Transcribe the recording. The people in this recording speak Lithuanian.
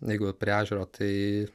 jeigu prie ežero tai